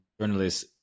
journalists